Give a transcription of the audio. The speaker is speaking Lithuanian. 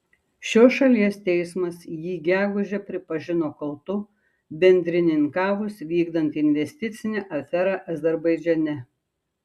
šios šalies teismas jį gegužę pripažino kaltu bendrininkavus vykdant investicinę aferą azerbaidžane